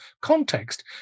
context